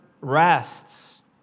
rests